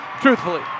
truthfully